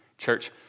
Church